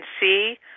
see